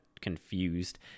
confused